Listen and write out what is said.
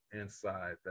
inside